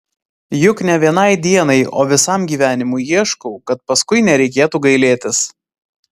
juk ne vienai dienai o visam gyvenimui ieškau kad paskui nereikėtų gailėtis